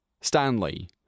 Stanley